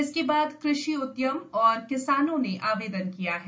इसके बाद कृषि उदयम और किसानों ने आवेदन किया है